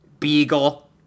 Beagle